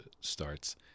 starts